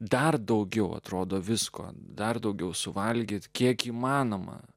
dar daugiau atrodo visko dar daugiau suvalgyti kiek įmanoma